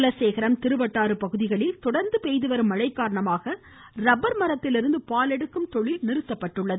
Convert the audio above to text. குலசேகரம் திருவட்டாறு பகுதிகளில் தொடர்ந்து பெய்து வரும் மழை காரணமாக ரப்பர் மரத்திலிருந்து பால் எடுக்கும் தொழில் நிறுத்தப்பட்டுள்ளது